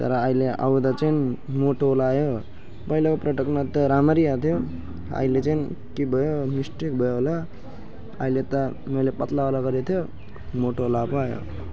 तर अहिले आउँदा चाहिँ मोटोवाला आयो पहिलाको प्रडक्टमा त राम्ररी आएको थियो अहिले चाहिँ के भयो मिस्टेक भयो होला अहिले त मैले पत्लावाला गरेको थियो मोटोवाला पो आयो